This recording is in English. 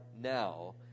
now